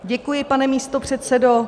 Děkuji, pane místopředsedo.